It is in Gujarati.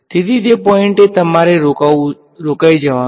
તેથી તે પોઈંટે તમારે રોકવું જવાનુ